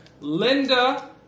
Linda